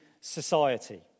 society